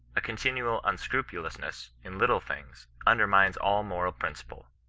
a continual unscrupulousness in little things undermines all moral principle.